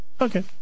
Okay